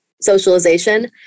socialization